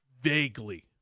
vaguely